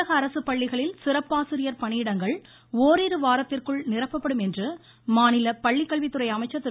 தமிழக அரசு பள்ளிகளில் சிறப்பாசிரியர் பணியிடங்கள் ஓரிரு வாரத்திற்குள் நிரப்ப்படும் என்று மாநில பள்ளிக்கல்வித்துறை அமைச்சர் திரு